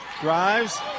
drives